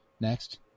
next